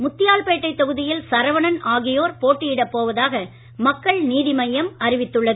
முத்தியால்பேட்டை தொகுதியில் சரவணன் ஆகியோர் போட்டியிட போவதாக மக்கள் நீதி மய்யம் அறிவித்துள்ளது